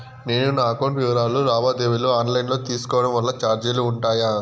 నేను నా అకౌంట్ వివరాలు లావాదేవీలు ఆన్ లైను లో తీసుకోవడం వల్ల చార్జీలు ఉంటాయా?